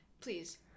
Please